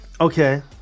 Okay